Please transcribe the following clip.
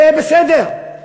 זה בסדר,